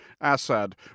Assad